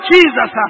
Jesus